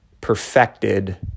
perfected